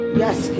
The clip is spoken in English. yes